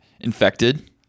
infected